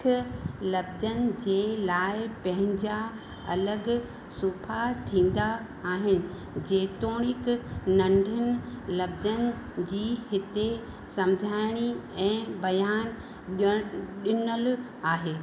मुख्य लफ़्ज़नि जे लाइ पंहिंजा अलॻि सुफ़ा थींदा आहिनि जेतोणिक नंढनि लफ़्ज़नि जी हिते समझाइणी ऐं बयानु ॼण ॾिनल आहे